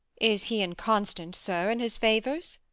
is he inconstant, sir, in his favours?